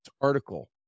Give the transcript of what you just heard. article